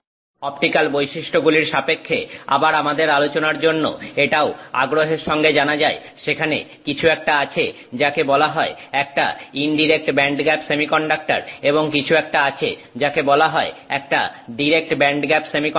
optical বৈশিষ্ট্যগুলির সাপেক্ষে আবার আমাদের আলোচনার জন্য এটাও আগ্রহের সঙ্গে জানা যায় সেখানে কিছু একটা আছে যাকে বলা হয় একটা ইনডিরেক্ট ব্যান্ডগ্যাপ সেমিকন্ডাক্টর এবং কিছু একটা আছে যাকে বলা হয় একটা ডিরেক্ট ব্যান্ডগ্যাপ সেমিকন্ডাক্টর